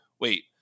wait